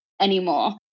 anymore